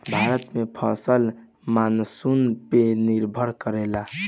भारत में फसल मानसून पे निर्भर करेला